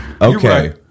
Okay